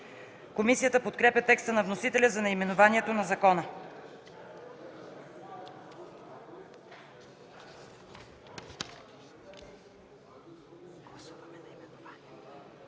Комисията подкрепя текста на вносителя за наименованието на закона.